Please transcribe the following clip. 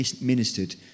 ministered